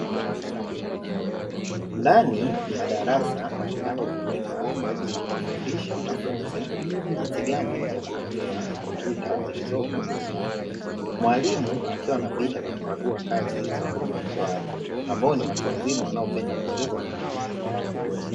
Ndani ya darasa linalotumika kwa ajili ya kuwafundisha wanafunzi, jinsi gani ya kutumia kompyuta zilizopo mbele yao mwalimu, akiwa anapita na kukagua kazi za wanafunzi wao, ambao ni watu wazima wanaopenda kuongeza maarifa.